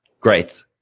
Great